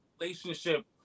relationship